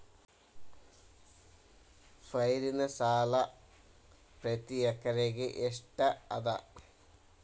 ಪೈರಿನ ಸಾಲಾ ಪ್ರತಿ ಎಕರೆಗೆ ಎಷ್ಟ ಅದ?